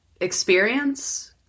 experience